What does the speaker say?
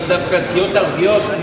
מסיעות ערביות,